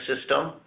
system